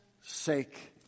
sake